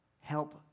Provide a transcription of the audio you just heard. help